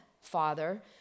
Father